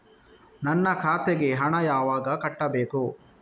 ನನ್ನ ಖಾತೆಗೆ ಹಣ ಯಾವಾಗ ಕಟ್ಟಬೇಕು?